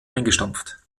eingestampft